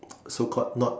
so called not